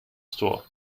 store